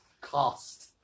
cost